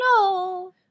No